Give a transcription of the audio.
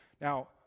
now